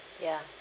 ya